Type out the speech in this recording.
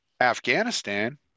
Afghanistan